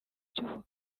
by’ubukungu